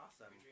awesome